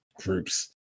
groups